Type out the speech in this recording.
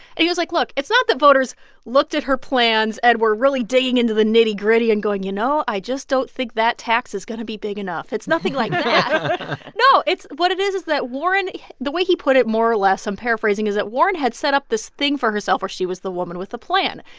he was like, look it's not that voters looked at her plans and were really digging into the nitty-gritty and going, you know, i just don't think that tax is going to be big enough. it's nothing like that no, it's what it is is that warren the way he put it, more or less i'm paraphrasing is that warren had set up this thing for herself where she was the woman with a plan,